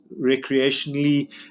recreationally